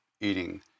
eating